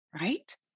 right